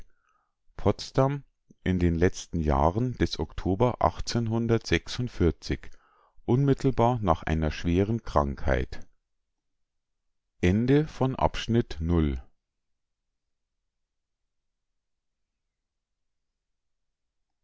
potsdam in den letzten tagen des october unmittelbar nach einer schweren krankheit